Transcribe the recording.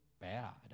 bad